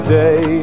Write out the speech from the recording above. day